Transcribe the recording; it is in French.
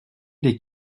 des